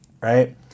right